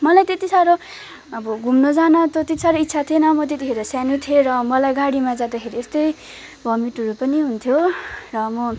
मलाई त्यत्ति साह्रो अब घुम्न जान त त्यति साह्रो इच्छा थिएन म त्यति खेर सानो थिएँ र मलाई गाडीमा जाँदाखेरि यस्तै भमिटहरू पनि हुन्थ्यो र म